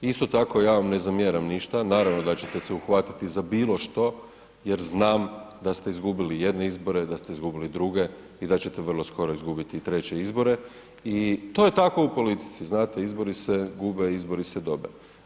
Isto tako, ja vam ne zamjeram ništa, naravno da ćete se uhvatiti za bilo što jer znam da ste izgubili jedne izbore, da ste izgubili druge i da ćete vrlo skoro izgubiti i treće izbore i to je tako u politici, znate izbori se gube, izbori se dobe.